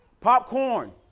Popcorn